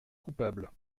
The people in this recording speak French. coupable